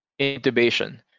intubation